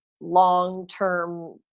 long-term